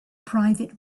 private